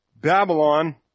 Babylon